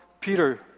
Peter